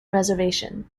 reservation